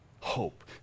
hope